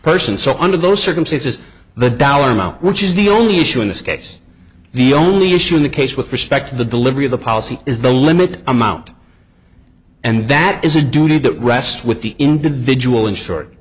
person so under those circumstances the dollar amount which is the only issue in this case the only issue in the case with respect to the delivery of the policy is the limit the amount and that is a duty that rests with the individual